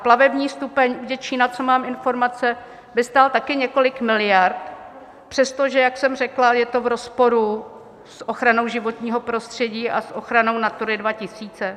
Plavební stupeň u Děčína, co mám informace, by stál také několik miliard, přestože, jak jsem řekla, je to v rozporu s ochranou životního prostředí a s ochranou NATURA 2000.